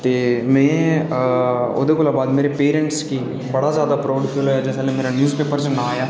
ते ओह्दे शा बद्ध मेरे पेरेंट्स गी बड़ा ज़्यादा प्राउड़ फील होआ जिसलै मेरा नाँऽ न्यूज़पेपर च आया